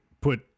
put